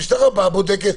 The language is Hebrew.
המשטרה באה ובודקת.